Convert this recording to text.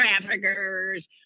traffickers